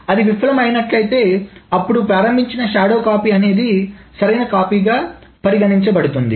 అది విఫలం అయినట్లయితేఅప్పుడు ప్రారంభించిన షాడో కాపీ అనేది సరైన కాపీగా పరిగణించబడుతుంది